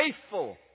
faithful